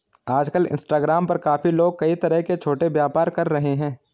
आजकल इंस्टाग्राम पर काफी लोग कई तरह के छोटे व्यापार कर रहे हैं